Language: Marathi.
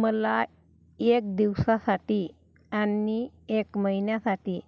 मला एक दिवसा साठी आणि एक महिन्यासाठी